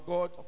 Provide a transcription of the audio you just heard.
God